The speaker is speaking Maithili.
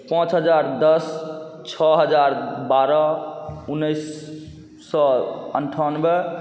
पाँच हजार दस छओ हजार बारह उनैस सओ अनठानवे